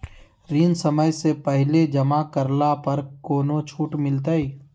ऋण समय से पहले जमा करला पर कौनो छुट मिलतैय?